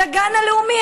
אז הגן הלאומי,